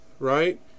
right